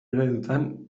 eredutan